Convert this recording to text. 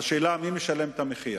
השאלה מי משלם את המחיר.